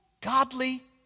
godly